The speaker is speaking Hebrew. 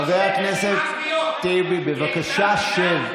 חבר הכנסת טיבי, בבקשה שב.